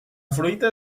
fruita